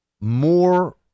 more